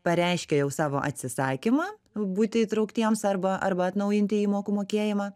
pareiškė jau savo atsisakymą būti įtrauktiems arba arba atnaujinti įmokų mokėjimą